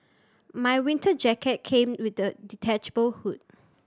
my winter jacket came with a detachable hood